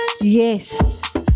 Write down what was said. Yes